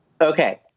Okay